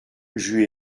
j’eus